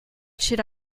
should